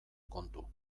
kontu